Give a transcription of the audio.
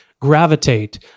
gravitate